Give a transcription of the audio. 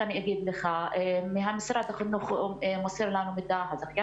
נמסר לנו מידע ממשרד החינוך וגם מהזכיין,